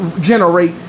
generate